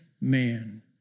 man